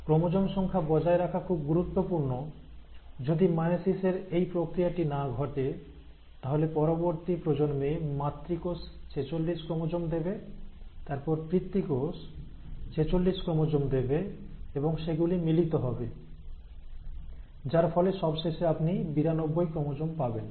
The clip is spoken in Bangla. ক্রোমোজোম সংখ্যা বজায় রাখা খুব গুরুত্বপূর্ণ যদি মায়োসিস এর এই প্রক্রিয়াটি না ঘটে তাহলে পরবর্তী প্রজন্মে মাতৃ কোষ 46 ক্রোমোজোম দেবে তারপর পিতৃ কোষ 46 ক্রোমোজোম দেবে এবং সেগুলি মিলিত হবে যার ফলে সবশেষে আপনি 92 ক্রোমোজোম পাবেন